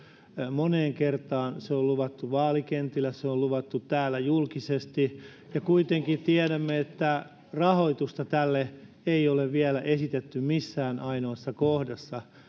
moneen kertaan se on luvattu vaalikentillä se on luvattu täällä julkisesti ja kuitenkin tiedämme että rahoitusta tälle ei ole vielä esitetty missään kohdassa